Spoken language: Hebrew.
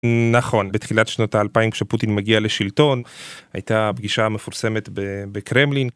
נכון בתחילת שנות האלפיים כשפוטין מגיע לשלטון הייתה פגישה מפורסמת בקרמלין